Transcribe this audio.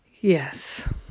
Yes